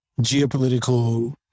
geopolitical